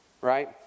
right